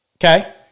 Okay